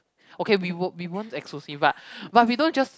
okay we will we won't exclusive but but we don't just